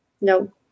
No